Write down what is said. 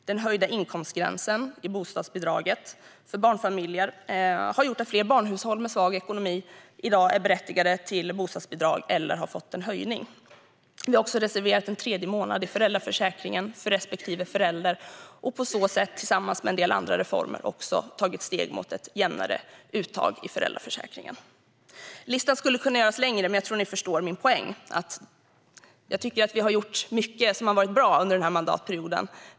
Den höjda inkomstgränsen i bostadsbidraget för barnfamiljer har gjort att fler barnhushåll med svag ekonomi i dag är berättigade till bostadsbidrag eller har fått en höjning. Vi har reserverat en tredje månad i föräldraförsäkringen för respektive förälder och på så sätt tillsammans med en del andra reformer tagit steg mot ett jämnare uttag i föräldraförsäkringen. Listan skulle kunna göras längre, men jag tror att ni förstår min poäng. Jag tycker att vi har gjort mycket som har varit bra under denna mandatperiod.